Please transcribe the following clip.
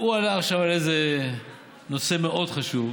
הוא העלה עכשיו נושא מאוד חשוב,